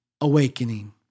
awakening